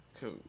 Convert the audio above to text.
cool